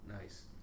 Nice